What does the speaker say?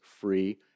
free